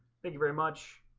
thank you very much